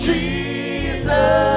Jesus